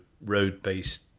road-based